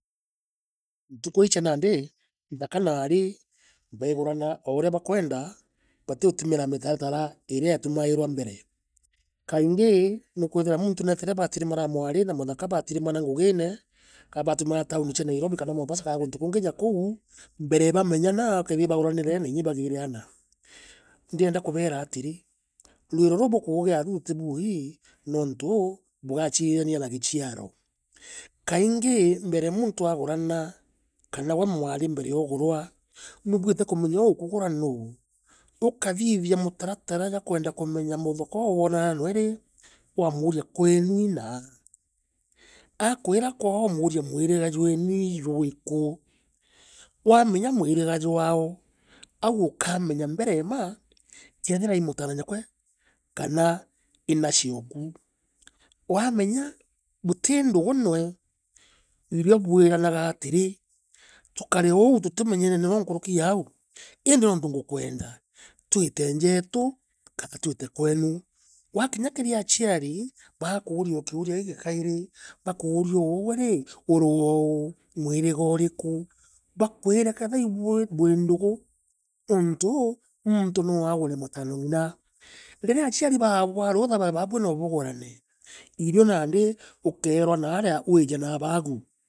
Ntuko iiicia nandii. nthaka naaari. baigurana ourea bakwenda batiu tumira mitaratara irea yatumairwa mbere. kaingee. nukuithirwa munto naitire baatiri ma naa amwari na muthaka baatiri mana ngugine. kaa baatiri manatau ninechia nairobi ka na mombasa ka na kuntu kungijako umbere ya bamenyana ukaithira ibaguranire na kinyai bagiireanaa ndienda kubairaatiri. ruiro ruubukuugea aruorutibuii niuntu bugaichiani anagichiaro. Kaingi mbere muntu agurana. kanawe mwarimbere yaugurwa. nubuite kumenyauu uukuguranuu. Ukathithia mutaratara jwakwenda kumenya muthakau ubwaona nanuerii. wamuuria kwenu inaa. Akuirakoo. wamuuria mwiriga jweni ijurikuu. Wamenya mwirigajwao. auukamenya mberemaa. kethirai mutana nyakwe. kanaa. inaciee okuu. Wamenya butii ndugunue. irobui ranagaatiri. tukareou tutimenyene nenkurukija auindi niuntungu kwenda tuitenjaetu kanatwite kwenu. Wakinya kiriachiari. bagaku uriaki uriaugikii kairi. baku urieu uwerii. uriwaoo. Mwirigauriku Bakuire kethira buindugu. ni untu muntu nuagure mutanongina rirea achiari babu aruutha babuenu ubugurane. ireo nand iukairwa narawije na abaguu.